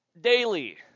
Daily